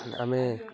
ଆମେ